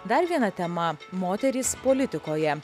dar viena tema moterys politikoje